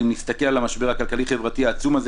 אם נסתכל על המשבר הכלכלי-חברתי העצום הזה